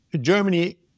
germany